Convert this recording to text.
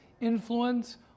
influence